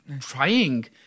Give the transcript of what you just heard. trying